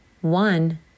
one